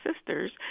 sisters